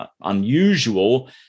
unusual